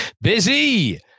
Busy